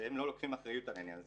שהם לא לוקחים אחריות על העניין הזה.